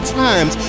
times